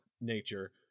nature